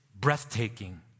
breathtaking